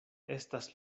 estas